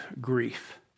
grief